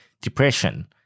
depression